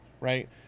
right